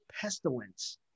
Pestilence